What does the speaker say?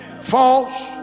false